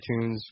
iTunes